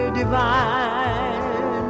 divine